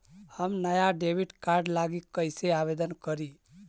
हम नया debit card लागी कईसे आवेदन करी?